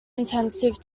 intensive